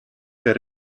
per